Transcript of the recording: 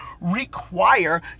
require